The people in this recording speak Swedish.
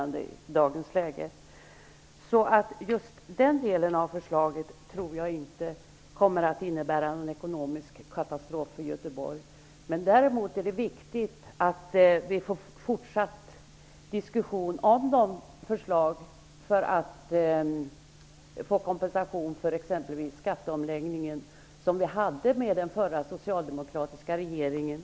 Jag tror därför inte att just den här delen av förslaget kommer att innebära någon ekonomisk katastrof för Göteborg. Däremot är det viktigt att vi får en fortsatt diskussion om förslagen till kompensation för exempelvis skatteomläggningen som vi förde med den förra socialdemokratiska regeringen.